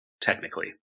technically